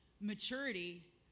Maturity